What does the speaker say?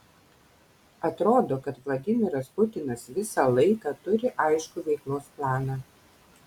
atrodo kad vladimiras putinas visą laiką turi aiškų veiklos planą